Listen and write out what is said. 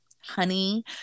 honey